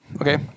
Okay